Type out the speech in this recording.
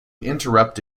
interrupt